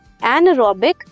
anaerobic